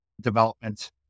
development